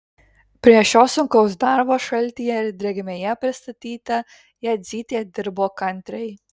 prie šio sunkaus darbo šaltyje ir drėgmėje pristatyta jadzytė dirbo kantriai